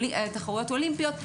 תחרויות אולימפיות,